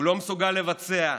הוא לא מסוגל לבצע,